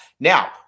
Now